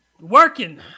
working